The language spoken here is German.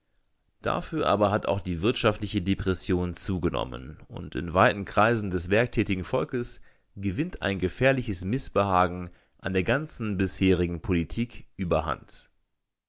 dafür aber hat auch die wirtschaftliche depression zugenommen und in weiten kreisen des werktätigen volkes gewinnt ein gefährliches mißbehagen an der ganzen bisherigen politik überhand